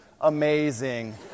amazing